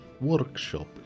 workshop